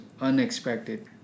unexpected